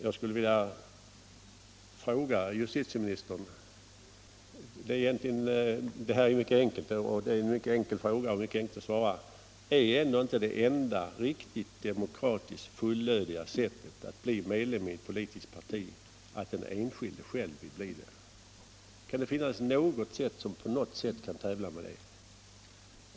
Jag skulle vilja ställa en fråga till justitieministern som det är mycket enkelt att svara på: Är inte det enda riktigt demokratiska och fullödiga sättet att bli medlem i ett politiskt parti att den enskilde själv begär sitt inträde? Kan något annat sätt tävla med det?